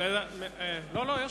קיים